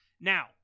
Now